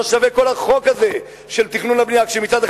לא שווה כל החוק הזה של תכנון ובנייה כשמצד אחד